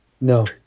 No